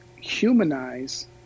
humanize